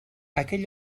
aquell